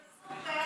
מה קורה בחוץ?